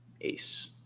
Ace